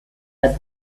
the